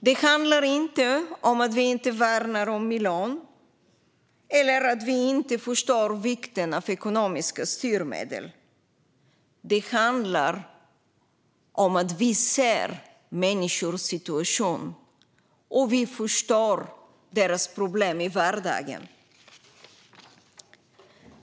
Det handlar inte om att vi inte värnar om miljön eller att vi inte förstår vikten av ekonomiska styrmedel. Det handlar om att vi ser människors situation och att vi förstår deras problem i vardagen.